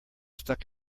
stuck